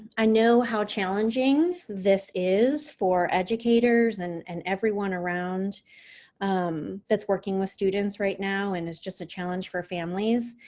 i know how challenging this is for educators and and everyone around that's working with students right now. and it's just a challenge for families.